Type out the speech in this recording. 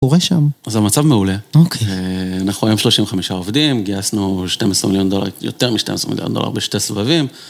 קורה שם? זה מצב מעולה. אוקיי. אנחנו היום 35 עובדים, גייסנו 12 מיליון דולר, יותר מ-12 מיליון דולר בשתי סבבים.